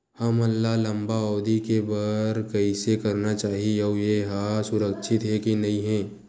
हमन ला लंबा अवधि के बर कइसे करना चाही अउ ये हा सुरक्षित हे के नई हे?